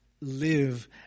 live